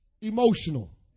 emotional